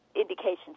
indications